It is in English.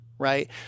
right